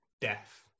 death